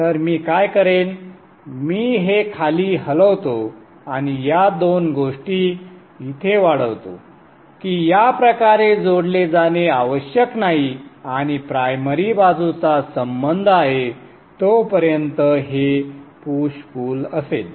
तर मी काय करेन मी हे खाली हलवतो आणि या दोन गोष्टी इथे वाढवतो की या प्रकारे जोडले जाणे आवश्यक नाही आणि प्रायमरी बाजूचा संबंध आहे तोपर्यंत हे पुश पुल असेल